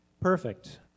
perfect